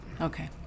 Okay